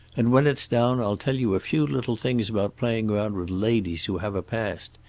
and when it's down i'll tell you a few little things about playing around with ladies who have a past.